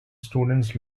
students